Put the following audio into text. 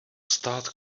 stát